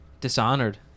Dishonored